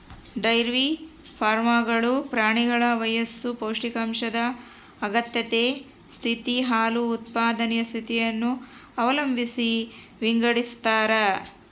dairy ಫಾರ್ಮ್ಗಳು ಪ್ರಾಣಿಗಳ ವಯಸ್ಸು ಪೌಷ್ಟಿಕಾಂಶದ ಅಗತ್ಯತೆ ಸ್ಥಿತಿ, ಹಾಲು ಉತ್ಪಾದನೆಯ ಸ್ಥಿತಿಯನ್ನು ಅವಲಂಬಿಸಿ ವಿಂಗಡಿಸತಾರ